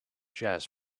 jazz